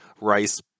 rice